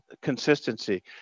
consistency